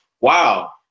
Wow